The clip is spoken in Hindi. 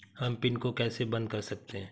हम पिन को कैसे बंद कर सकते हैं?